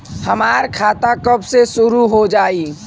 हमार खाता कब से शूरू हो जाई?